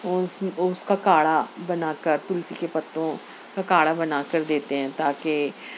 اس اس کا کاڑھا بنا کر تلسی کے پتوں کا کاڑھا بنا کر دیتے ہیں تاکہ